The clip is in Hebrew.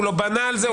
הוא לא בנה על זה,